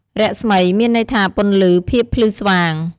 រស្មី មានន័យថាពន្លឺ ភាពភ្លឺស្វាង។